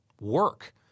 work